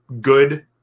good